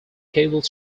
cable